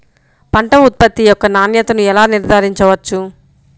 పంట ఉత్పత్తి యొక్క నాణ్యతను ఎలా నిర్ధారించవచ్చు?